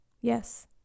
Yes